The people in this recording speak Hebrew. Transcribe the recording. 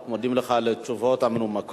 אנחנו מודים לך על התשובות המנומקות,